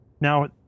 Now